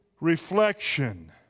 reflection